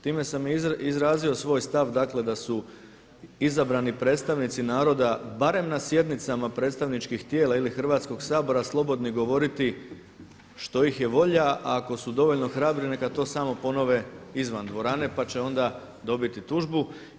Time sam izrazio svoj stav, dakle da su izabrani predstavnici naroda barem na sjednicama predstavničkih tijela ili Hrvatskog sabora slobodni govoriti što ih je volja, a ako su dovoljno hrabri neka to samo ponove izvan dvorane, pa će onda dobiti tužbu.